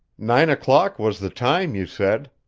nine o'clock was the time, you said,